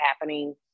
happening